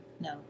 No